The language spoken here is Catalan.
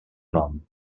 nom